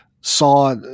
saw